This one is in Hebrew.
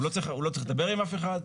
הוא לא צריך לדבר עם אף אחד.